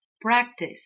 practice